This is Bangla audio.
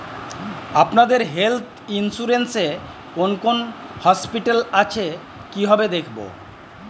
আপনাদের হেল্থ ইন্সুরেন্স এ কোন কোন হসপিটাল আছে কিভাবে দেখবো?